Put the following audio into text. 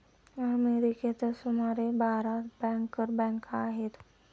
अमेरिकेतच सुमारे बारा बँकर बँका आहेत